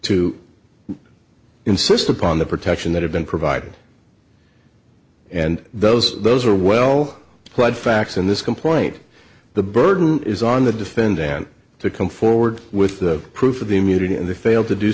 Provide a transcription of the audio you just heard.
to insist upon the protection that had been provided and those those are well ploughed facts in this complaint the burden is on the defendant to come forward with the proof of the immunity and they failed to do